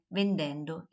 vendendo